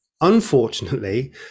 unfortunately